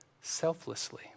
selflessly